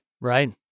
Right